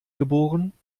geboren